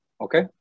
okay